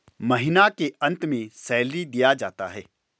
महीना के अंत में सैलरी दिया जाता है